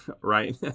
right